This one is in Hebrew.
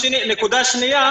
נקודה שנייה